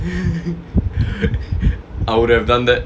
I would have done that